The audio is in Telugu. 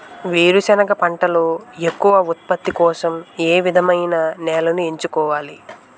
వేరుసెనగ పంటలో ఎక్కువ ఉత్పత్తి కోసం ఏ విధమైన నేలను ఎంచుకోవాలి?